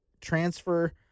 transfer